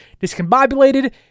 discombobulated